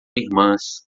irmãs